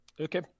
Okay